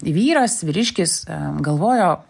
vyras vyriškis galvojo